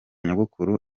nyogokuru